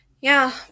Yeah